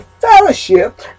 fellowship